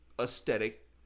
aesthetic